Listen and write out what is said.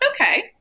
Okay